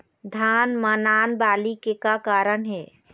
धान म नान बाली के का कारण हे?